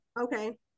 okay